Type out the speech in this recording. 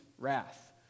wrath